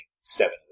seven